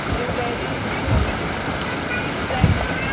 بلو berries کس price میں ہے